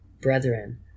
Brethren